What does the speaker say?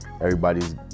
Everybody's